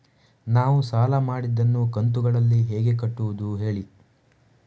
ನಾವು ಸಾಲ ಮಾಡಿದನ್ನು ಕಂತುಗಳಲ್ಲಿ ಹೇಗೆ ಕಟ್ಟುದು ಹೇಳಿ